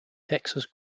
texas